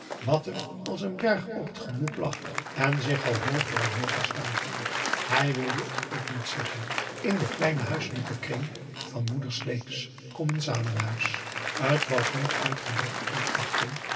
wat hem als een berg op het gemoed lag en zich al hooger en hooger stapelde hij wilde het ook niet zeggen in den kleinen huiselijken kring van moeder sleeks commensalenhuis t was niet uit gebrek aan achting